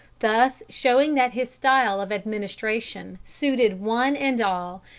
thus showing that his style of administration suited one and all,